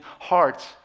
hearts